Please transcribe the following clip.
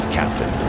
captain